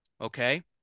okay